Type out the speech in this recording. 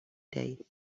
day